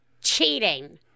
cheating